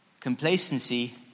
Complacency